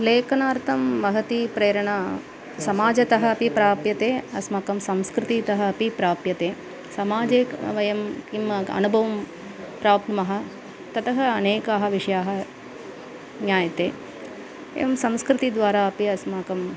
लेखनार्थं महती प्रेरणा समाजतः अपि प्राप्यते अस्माकं संस्कृतितः अपि प्राप्यते समाजे क वयं किम् अनुभवं प्राप्नुमः ततः अनेकाः विषयाः ज्ञायते एवं संस्कृतिद्वारा अपि अस्माकम्